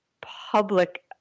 public